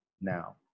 now